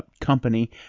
company